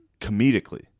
comedically